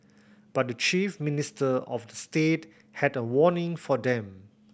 but the chief minister of the state had a warning for them